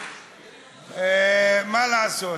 מה לעשות,